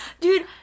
dude